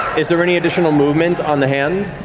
is there any additional movement on the hand?